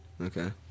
Okay